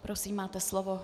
Prosím, máte slovo.